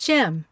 Jim